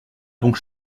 donc